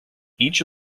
each